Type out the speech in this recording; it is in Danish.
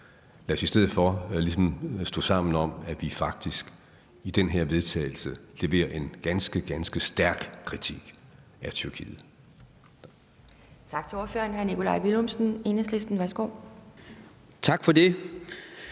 Lad os i stedet for ligesom stå sammen om, at vi faktisk i det her forslag til vedtagelse leverer en ganske, ganske stærk kritik af Tyrkiet.